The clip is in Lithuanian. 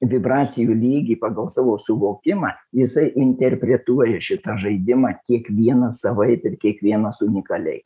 vibracijų lygį pagal savo suvokimą jisai interpretuoja šitą žaidimą kiekvienas savaip ir kiekvienas unikaliai